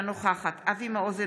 אינה נוכחת אבי מעוז,